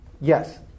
Yes